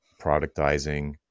productizing